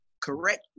Correct